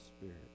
spirit